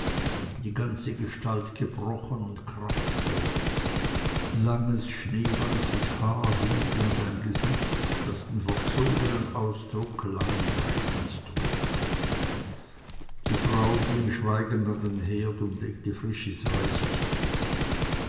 die ganze gestalt gebrochen und kraftlos langes schneeweißes haar hing um sein gesicht das den verzogenen ausdruck langen leidens trug die frau ging schweigend an den herd und legte frisches reisig zu